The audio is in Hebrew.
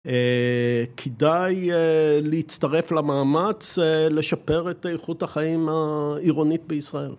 כדאי להצטרף למאמץ לשפר את איכות החיים העירונית בישראל.